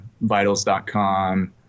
Vitals.com